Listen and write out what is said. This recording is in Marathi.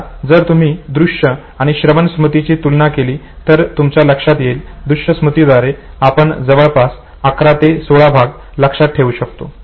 आता जर तुम्ही दृश्य आणि श्रवण स्मृतीची तुलना केली तर तुमच्या लक्षात येईल दृश्य स्मृतिद्वारे आपण जवळपास 11 ते 16 भाग लक्षात ठेवू शकतो